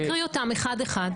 אני אקריא אותם אחד-אחד.